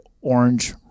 orange